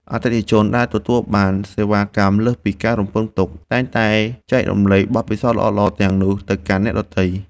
អតិថិជនដែលទទួលបានសេវាកម្មលើសពីការរំពឹងទុកតែងតែចែករំលែកបទពិសោធន៍ល្អៗទាំងនោះទៅកាន់អ្នកដទៃ។